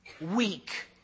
weak